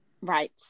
right